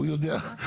הוא יודע?